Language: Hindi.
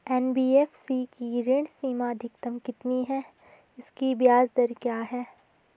एन.बी.एफ.सी की ऋण सीमा अधिकतम कितनी है इसकी ब्याज दर क्या है?